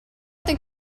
think